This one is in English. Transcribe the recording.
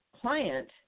client